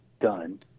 done